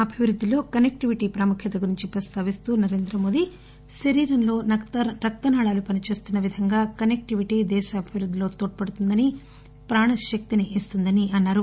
అభివృద్దిలో కనెక్టివిటీ ప్రాముఖ్యత గురించి ప్రస్తావిస్తూ నరేంద్రమోదీ శరీరంలో రక్త నాళాలు పనిచేస్తున్న విధంగా కనెక్లివిటీ దేశాభివృద్దిలో తోడ్పడుతుందని ప్రాణ శక్తిని ఇస్తుందని ఆయన అన్నారు